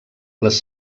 les